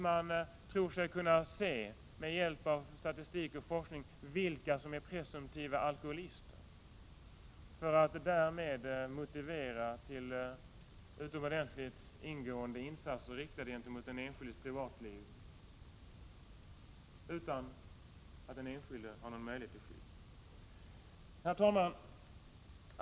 Man tror sig t.ex. med hjälp av statistik och forskning kunna se vilka som är presumtiva alkoholister och därigenom motivera till utomordentligt ingående insatser riktade mot den enskildes Prot. 1987/88:21 privatliv utan att den enskilde har någon möjlighet att skydda sig. 11 november 1987 Herr talman!